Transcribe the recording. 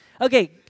Okay